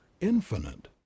infinite